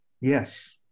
Yes